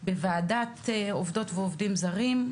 בוועדה לעובדות ועובדים זרים,